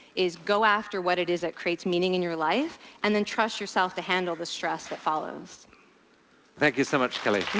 is go after what it is that creates meaning in your life and then trust yourself to handle the stress that follows. ca thank you so much, kelly.